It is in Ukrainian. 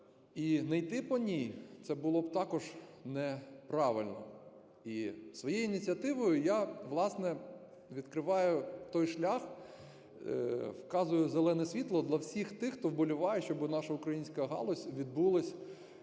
і не йти по ній - це було б також неправильно. І своєю ініціативою я, власне, відкриваю той шлях, вказую зелене світло для всіх тих, хто вболіває, щоб наша українська галузь відбулась